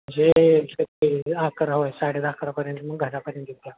जे अकरा होय साडेदहा अकरापर्यंत मग घरापर्यंत येऊया